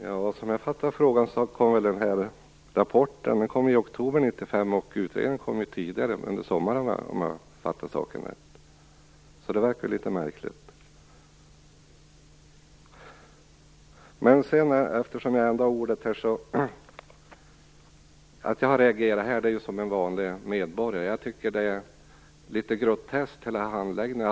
Fru talman! Jag har uppfattat det som att rapporten kom i oktober 1995. Utredningen kom tidigare, under sommaren, om jag har fattat saken rätt. Det verkar litet märkligt. Eftersom jag ändå har ordet kan jag säga att jag har reagerat som vanlig medborgare. Jag tycker att handläggningen är litet grotesk.